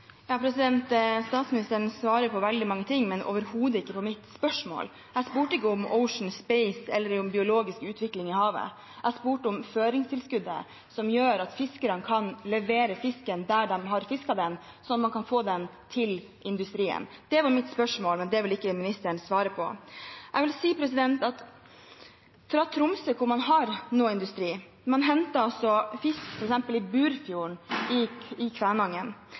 Statsministeren svarer på veldig mange ting, men overhodet ikke på mitt spørsmål. Jeg spurte ikke om Ocean Space eller om biologisk utvikling i havet. Jeg spurte om føringstilskuddet, som gjør at fiskerne kan levere fisken der de har fisket den, så man kan få den til industrien. Det var mitt spørsmål, men det vil ikke ministeren svare på. Jeg vil si at fra Tromsø, hvor man har noe industri, når man henter fisk f.eks. i Burfjord i